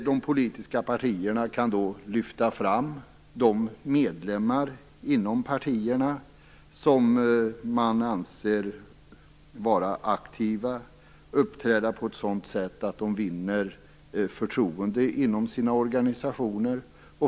De politiska partierna kan lyfta fram de medlemmar inom partierna som man anser vara aktiva och uppträda på ett sådant sätt att de vinner förtroende inom sina organisationer.